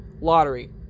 lottery